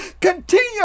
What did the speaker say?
Continue